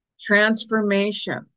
Transformation